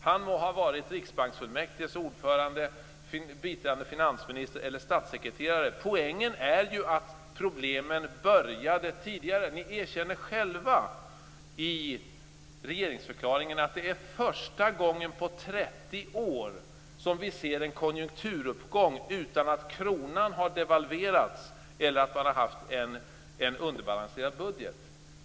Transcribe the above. Han må ha varit riksbanksfullmäktiges ordförande, biträdande finansminister eller statssekreterare - poängen är att problemen började tidigare. Ni erkänner själva i regeringsförklaringen att det är första gången på 30 år som vi ser en konjunkturuppgång utan att kronan har devalverats eller att budgeten har varit underbalanserad.